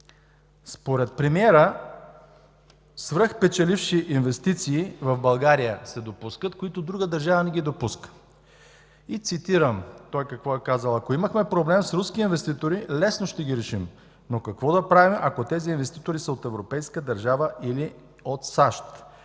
Според премиера свръхпечеливши инвестиции в България се допускат, които друга държава не ги допуска. Цитирам какво е казал той: „Ако имахме проблем с руски инвеститори, лесно ще ги решим, но какво да правим, ако тези инвеститори са от европейката държава или от САЩ”.